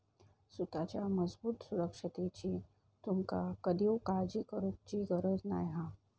सुताच्या मजबूत सुरक्षिततेची तुमका कधीव काळजी करुची गरज नाय हा